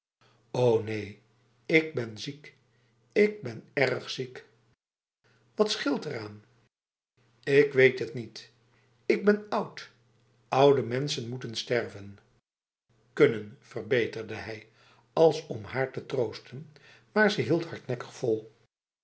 o neen ik ben ziek ik ben erg ziek wat scheelt eraan ik weet het niet ik ben oud oude mensen moeten sterven kunnen verbeterde hij als om haar te troosten maar ze hield hardnekkig vol